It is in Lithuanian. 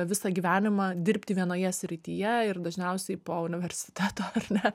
visą gyvenimą dirbti vienoje srityje ir dažniausiai po universiteto ar ne